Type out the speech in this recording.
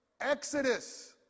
Exodus